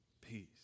Peace